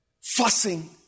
fussing